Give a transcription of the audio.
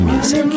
Music